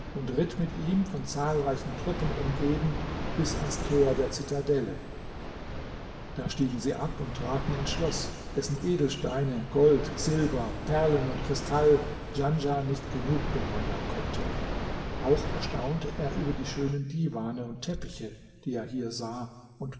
und ritt mit ihm von zahlreichen truppen umgeben bis ans tor der zitadelle da stiegen sie ab und traten ins schloß dessen edelsteine gold silber perlen und kristall djanschah nicht genug bewundern konnte auch erstaunte er über die schönen diwane und teppiche die er hier sah und